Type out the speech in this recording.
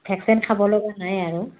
vaccine খাব লগা নাই আৰু